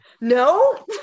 No